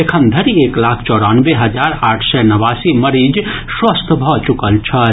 एखन धरि एक लाख चौरानवे हजार आठ सय नवासी मरीज स्वस्थ भऽ चुकल छथि